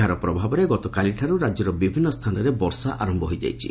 ଏହାର ପ୍ରଭାବରେ ଗତକାଲିଠାରୁ ରାଜ୍ୟର ବିଭିନ୍ନ ସ୍ଚାନରେ ବର୍ଷା ଆର ହୋଇଯାଇଛି